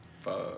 fuck